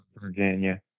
Virginia